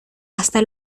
hasta